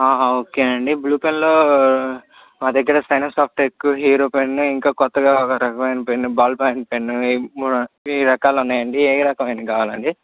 okay అండి blue పెన్లో మా దగ్గర పానాసోనిక్ ఎక్కువ హీరో పెన్ ఇంకా కొత్తగా ఒక రకమైన పెన్ బాల్ పాయింట్ పెన్ను ఈ మూడు ఈ రకాలు ఉన్నాయండి ఏ రకమైనవి కావాలండి